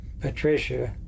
Patricia